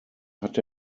hat